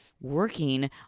working